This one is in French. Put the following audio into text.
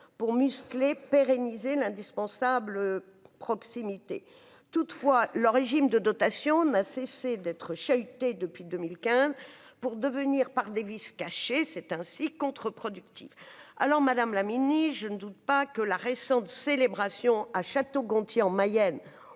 pour muscler pérenniser l'indispensable proximité toutefois le régime de dotation n'a cessé d'être chahuté depuis 2015 pour devenir par des vices cachés, c'est ainsi contre-alors Madame la je ne doute pas que la récente célébration à Château-Gontier, en Mayenne,